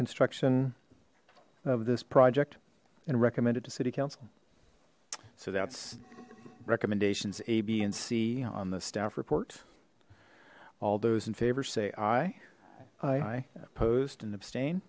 construction of this project and recommend it to city council so that's recommendations a b and c on the staff report all those in favor say aye aye opposed and abstain